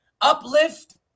uplift